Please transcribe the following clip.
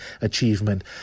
achievement